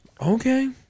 Okay